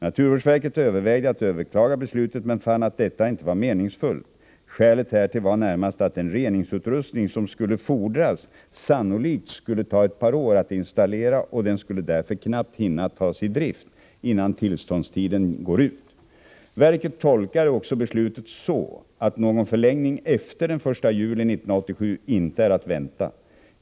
Naturvårdsverket övervägde att överklaga beslutet, men fann att detta inte var meningsfullt. Skälet härtill var närmast att den reningsutrustning som skulle fordras sannolikt skulle ta ett par år att installera, och den skulle därför knappt hinna tas i drift innan tillståndstiden gårut. Verket tolkade också beslutet så, att någon förlängning efter den 1 juli 1987 inte är att vänta.